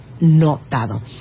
notado